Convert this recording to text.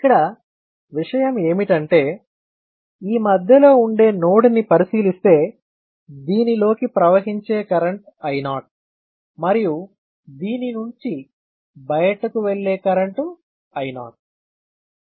ఇక్కడ విషయం ఏమిటంటే ఈ మధ్య లో ఉండే నోడ్ ని పరిగణిస్తే దీనిలోకి ప్రవహించే కరెంటు I0 మరియు దీని నుంచి బయటకు వెళ్లే కరెంటు I0